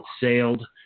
sailed